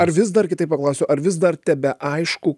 ar vis dar kitaip paklausiu ar vis dar tebeaišku